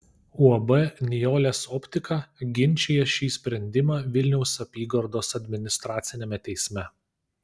uab nijolės optika ginčija šį sprendimą vilniaus apygardos administraciniame teisme